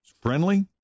friendly